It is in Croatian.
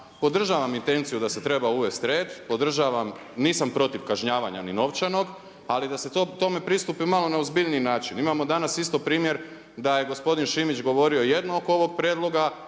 podržavam intenciju da se treba uvesti red, podržavam, nisam protiv kažnjavanja ni novčanog ali da se tome pristupi malo na ozbiljniji način. Imamo danas isto primjer da je gospodin Šimić govorio jedno oko ovog prijedloga,